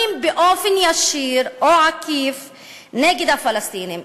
באופן ישיר או עקיף נגד הפלסטינים,